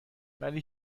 ولی